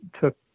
took